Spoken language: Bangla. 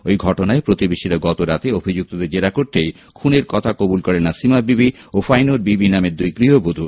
ঐ ঘটনায় প্রতিবেশিরা গতরাতে অভিযুক্তদের জেরা করতেই খুনের কথা কবুল করে নাসিমা বিবি ও ফাইনুর বিবি নামের দুই গৃহবধূ